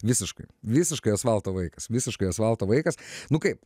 visiškai visiškai asfalto vaikas visiškai asfalto vaikas nu kaip